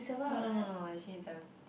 oh no actually it's seven fifteen